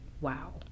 Wow